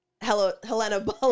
Helena